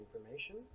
information